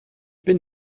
bin